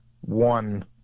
one